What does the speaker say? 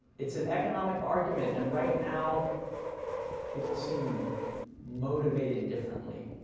it's an economic argument, and right now people seem motivated differently,